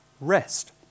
rest